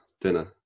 dinner